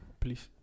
please